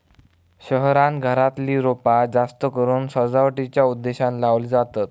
शहरांत घरातली रोपा जास्तकरून सजावटीच्या उद्देशानं लावली जातत